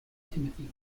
timothy